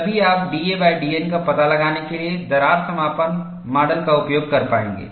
तभी आप dadN का पता लगाने के लिए दरार समापन मॉडल का उपयोग कर पाएंगे